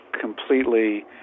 completely